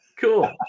cool